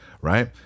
right